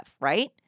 right